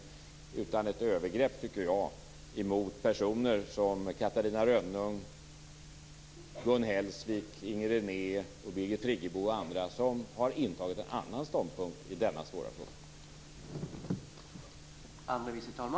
Jag tycker att det var ett övergrepp mot personer som Catarina Rönnung, Gun Hellsvik, Inger René, Birgit Friggebo och andra som har intagit en annan ståndpunkt i denna svåra fråga.